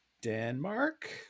Denmark